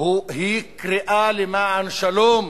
היא קריאה למען שלום,